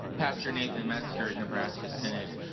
pastor nathan metzger, nebraska synod.